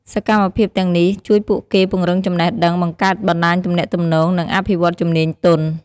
សកម្មភាពទាំងនេះជួយពួកគេពង្រឹងចំណេះដឹង បង្កើតបណ្ដាញទំនាក់ទំនង និងអភិវឌ្ឍជំនាញទន់។